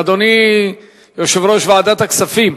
אדוני יושב-ראש ועדת הכספים,